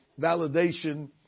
validation